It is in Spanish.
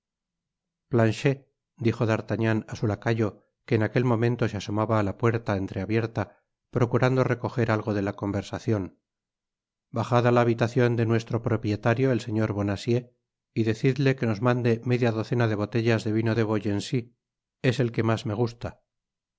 dijo d artagnan á su lacayo que en aquel momento se asomaba á la puerta entreabierta procurando recojer algo de la conversacion bajad a la habitacion de nuestro propietario el señor bonacieux y decidle que nos mande media docena de botellas de vino de beaugency es el que mas me gusta